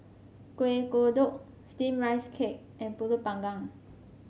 Kueh Kodok steamed Rice Cake and pulut panggang